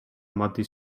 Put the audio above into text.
muddy